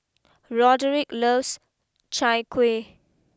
Roderick loves Chai Kueh